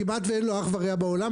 כמעט שאין לו אח ורע בעולם.